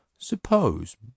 Suppose